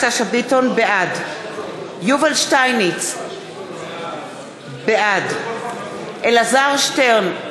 בעד יובל שטייניץ, בעד אלעזר שטרן,